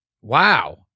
Wow